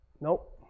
Nope